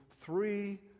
three